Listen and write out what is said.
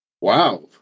wow